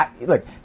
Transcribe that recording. look